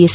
S